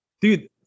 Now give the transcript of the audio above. Dude